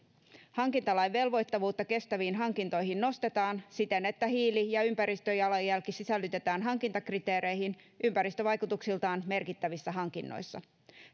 hankintalain velvoittavuutta kestäviin hankintoihin nostetaan siten että hiili ja ympäristöjalanjälki sisällytetään hankintakriteereihin ympäristövaikutuksiltaan merkittävissä hankinnoissa